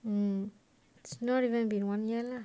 hmm it's not even been one year lah